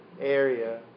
area